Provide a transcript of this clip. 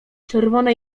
czerwone